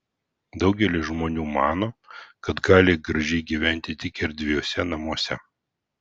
daugelis žmonių mano kad gali gražiai gyventi tik erdviuose namuose